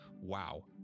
wow